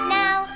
now